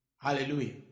Hallelujah